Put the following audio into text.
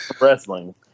wrestling